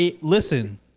Listen